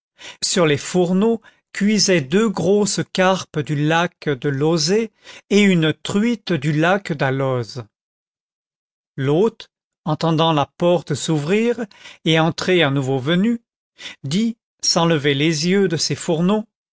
sur les fourneaux cuisaient deux grosses carpes du lac de lauzet et une truite du lac d'alloz l'hôte entendant la porte s'ouvrir et entrer un nouveau venu dit sans lever les yeux de ses fourneaux